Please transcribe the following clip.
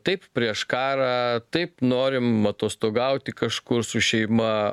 taip prieš karą taip norim atostogauti kažkur su šeima